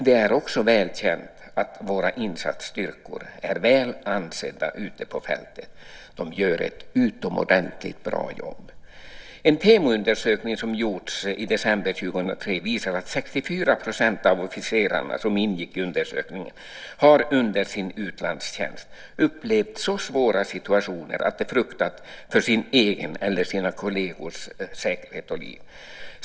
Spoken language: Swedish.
Det är också väl känt att våra insatsstyrkor är väl ansedda ute på fältet. De gör ett utomordentligt bra jobb. En TEMO-undersökning som gjordes i december 2003 visar att 64 % av officerarna som ingick i undersökningen under sin utlandstjänst har upplevt så svåra situationer att de har fruktat för sin egen eller för sina kollegers säkerhet och för sitt eget liv.